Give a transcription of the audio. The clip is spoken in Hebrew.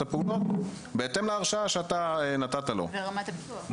הפעולות בהתאם להרשאה שאתה נתת לו ברמת הפיקוח.